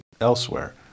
elsewhere